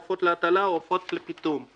עופות להטלה או עופות לפיטום,